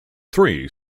three